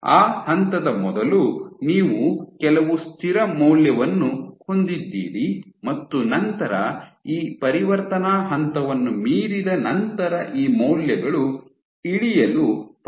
ಆ ಹಂತದ ಮೊದಲು ನೀವು ಕೆಲವು ಸ್ಥಿರ ಮೌಲ್ಯವನ್ನು ಹೊಂದಿದ್ದೀರಿ ಮತ್ತು ನಂತರ ಈ ಪರಿವರ್ತನಾ ಹಂತವನ್ನು ಮೀರಿದ ನಂತರ ಈ ಮೌಲ್ಯಗಳು ಇಳಿಯಲು ಪ್ರಾರಂಭಿಸುತ್ತವೆ